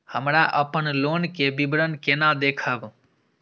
हमरा अपन लोन के विवरण केना देखब?